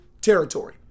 territory